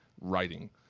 writing